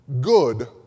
good